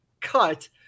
cut